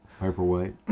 paperweight